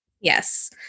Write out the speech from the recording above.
Yes